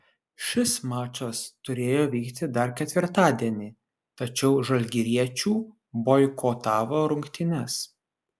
šis mačas turėjo vykti dar ketvirtadienį tačiau žalgiriečių boikotavo rungtynes